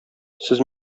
сез